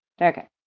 Okay